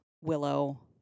Willow